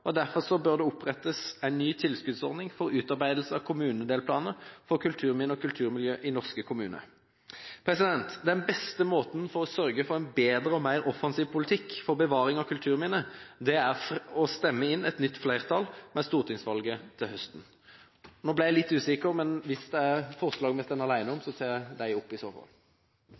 kulturminneplaner. Derfor bør det opprettes en ny tilskuddsordning for utarbeidelse av kommunedelplaner for kulturminner og kulturmiljø i norske kommuner. Den beste måten å sørge for en bedre og mer offensiv politikk på for bevaring av kulturminner er å stemme inn et nytt flertall ved stortingsvalget til høsten. Nå har mange her gjentatt hvor viktig det er å ta vare på kulturminner, både som del av vår historie og som grunnlag for verdiskaping og vekst i